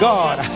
God